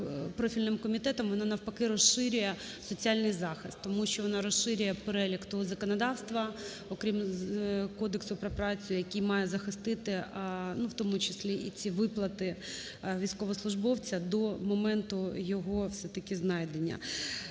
профільним комітетом, вона навпаки розширює соціальний захист. Тому що вона розширює перелік того законодавства, окрім Кодексу про працю, який має захистити в тому числі і ці виплати військовослужбовця до моменту його все-таки знайдення